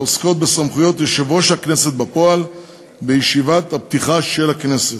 העוסקות בסמכויות יושב-ראש הכנסת בפועל בישיבת הפתיחה של הכנסת.